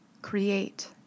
Create